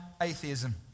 atheism